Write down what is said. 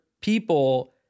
people